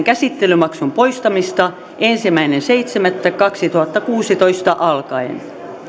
käsittelymaksun poistamista ensimmäinen seitsemättä kaksituhattakuusitoista alkaen